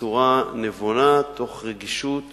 בצורה נבונה, מתוך רגישות